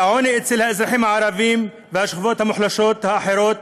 על העוני אצל האזרחים הערבים והשכבות המוחלשות האחרות,